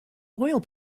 oil